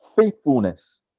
faithfulness